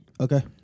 Okay